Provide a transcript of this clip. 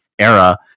era